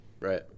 Right